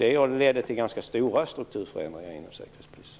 Det ledde till ganska stora strukturförändringar inom Säkerhetspolisen.